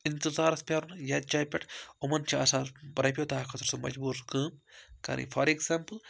اِنتظارَس پرٛارُن یتھ جایہِ پٮ۪ٹھ یِمَن چھُ آسان رۄپیہِ دَہ خٲطرٕ سُہ مجبوٗر کٲم کَرٕنۍ فار ایٚگزامپُل